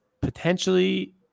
potentially